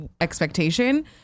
expectation